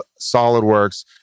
SolidWorks